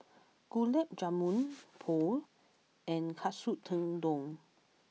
Gulab Jamun Pho and Katsu Tendon